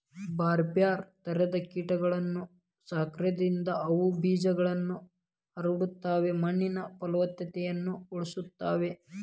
ಬ್ಯಾರ್ಬ್ಯಾರೇ ತರದ ಕೇಟಗಳನ್ನ ಸಾಕೋದ್ರಿಂದ ಅವು ಬೇಜಗಳನ್ನ ಹರಡತಾವ, ಮಣ್ಣಿನ ಪಲವತ್ತತೆನು ಉಳಸ್ತಾವ